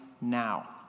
now